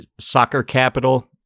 SoccerCapital